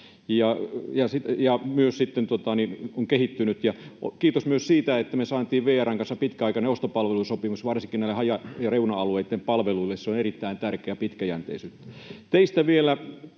ja myös sitten kehitystä. Kiitos myös siitä, että me saatiin VR:n kanssa pitkäaikainen ostopalvelusopimus varsinkin näille haja- ja reuna-alueitten palveluille. Se on erittäin tärkeää pitkäjänteisyyttä. Teistä vielä: